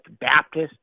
Baptist